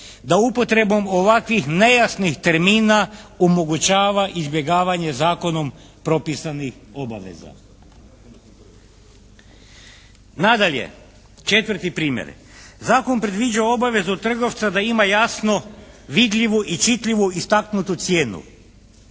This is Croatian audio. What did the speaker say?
da upotrebom ovakvih nejasnih termina omogućava izbjegavanje zakonom propisanih obaveza. Nadalje, četvrti primjer. Zakon predviđa obavezu trgovca da ima jasno vidljivu i čitljivu istaknutu cijenu.